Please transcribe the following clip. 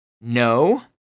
no